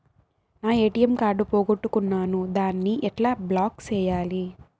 నా ATM card పోగొట్టుకున్నాను, దాన్ని ఎట్లా బ్లాక్ సేయాలి?